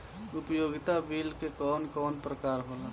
उपयोगिता बिल के कवन कवन प्रकार होला?